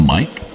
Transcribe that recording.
Mike